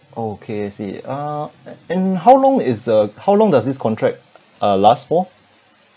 okay I see uh a~ and how long is the how long does this contract uh last for